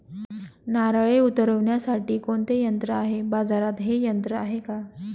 नारळे उतरविण्यासाठी कोणते यंत्र आहे? बाजारात हे यंत्र आहे का?